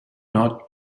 not